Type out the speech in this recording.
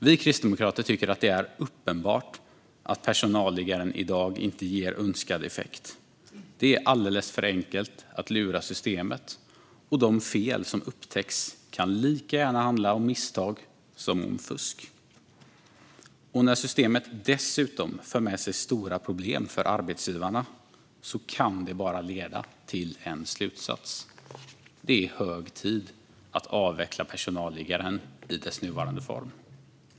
Vi kristdemokrater tycker att det är uppenbart att personalliggaren i dag inte ger önskad effekt. Det är alldeles för enkelt att lura systemet, och de fel som upptäcks kan lika gärna handla om misstag som om fusk. När systemet dessutom för med sig stora problem för arbetsgivarna kan det bara leda till en slutsats: Det är hög tid att avveckla personalliggaren i dess nuvarande form.